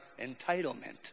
entitlement